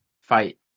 fight